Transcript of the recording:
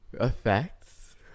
Effects